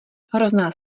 hrozná